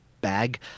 bag